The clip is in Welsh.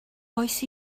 oes